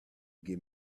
give